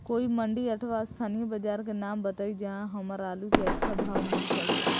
कोई मंडी अथवा स्थानीय बाजार के नाम बताई जहां हमर आलू के अच्छा भाव मिल सके?